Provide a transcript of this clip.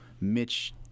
Mitch –